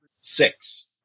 six